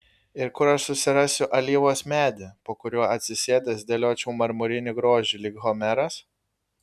ir kur aš susirasiu alyvos medį po kuriuo atsisėdęs dėliočiau marmurinį grožį lyg homeras